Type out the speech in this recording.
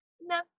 no